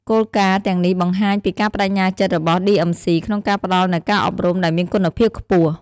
គោលការណ៍ទាំងនេះបង្ហាញពីការប្តេជ្ញាចិត្តរបស់ ឌីអឹមស៊ី (DMC) ក្នុងការផ្តល់នូវការអប់រំដែលមានគុណភាពខ្ពស់។